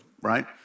right